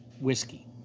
whiskey